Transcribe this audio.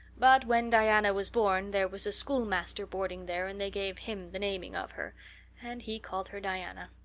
but when diana was born there was a schoolmaster boarding there and they gave him the naming of her and he called her diana.